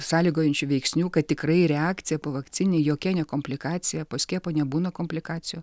sąlygojančių veiksnių kad tikrai reakcija povakcininė jokia ne komplikacija po skiepo nebūna komplikacijų